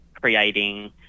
creating